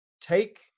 take